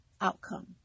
outcome